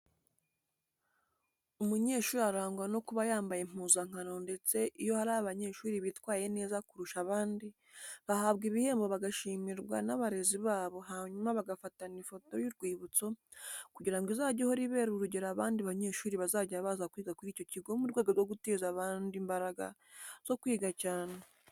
Umunyeshuri arangwa no kuba yambaye impuzankano ndetse iyo hari abanyeshuri bitwaye neza kurusha abandi bahabwa ibihembo bagashimirwa n'abarezi babo hanyuma bagafatana ifoto y'urwibutso kugira ngo izajye ihora ibera urugero abandi banyeshuri bazajya baza kwiga kuri icyo kigo mu rwego rwo gutera abandi imbaraga zo kwiga cyane.